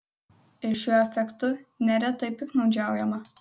ir šiuo afektu neretai piktnaudžiaujama